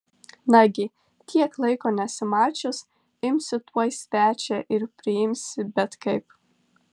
nagi tiek laiko nesimačius imsi tuoj svečią ir priimsi bet kaip